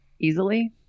easily